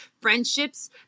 friendships